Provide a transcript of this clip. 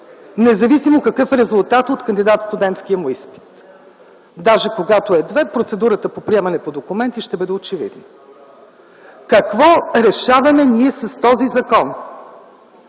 независимо какъв е резултатът от кандидат-студентския му изпит. Даже когато е 2, процедурата по приемане по документи ще бъде очевидна. Какво решаваме ние с този закон?